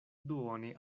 duone